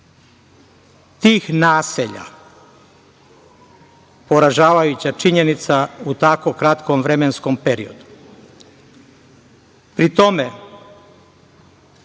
tih naselja. Poražavajuća činjenica u tako kratkom vremenskom periodu. Pri